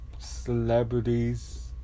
celebrities